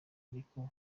ariko